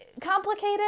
complicated